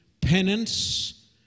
penance